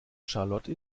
charlotte